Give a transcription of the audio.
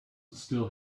still